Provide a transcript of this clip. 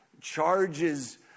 charges